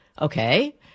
Okay